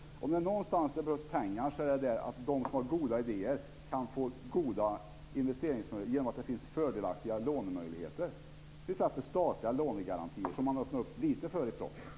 Om det är någonstans det behövs pengar så är det för att ge goda investeringsmöjligheter till dem som har goda idéer genom att det finns fördelaktiga lånemöjligheter, t.ex. statliga lånegarantier. Detta öppnar man lite för i propositionen.